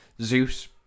Zeus